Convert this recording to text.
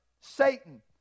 Satan